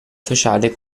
sociale